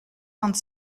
vingt